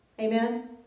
Amen